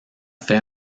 fait